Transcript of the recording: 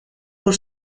por